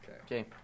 Okay